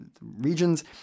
regions